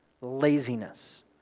laziness